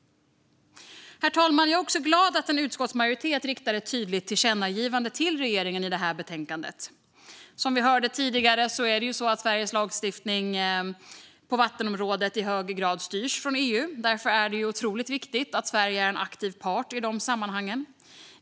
Herr talman! Jag är glad att en utskottsmajoritet föreslår ett tydligt tillkännagivande till regeringen i det här betänkandet. Som vi hörde tidigare är det så att Sveriges lagstiftning på vattenområdet i hög grad styrs från EU. Därför är det otroligt viktigt att Sverige är en aktiv part i de sammanhangen.